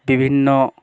বিভিন্ন